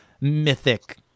mythic